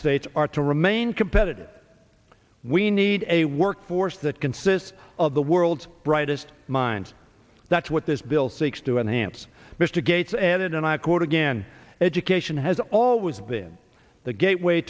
states are to remain competitive we need a workforce that consists of the world brightest minds that's what this bill seeks to enhance mr gates added and i quote again education has always been the gateway